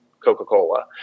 coca-cola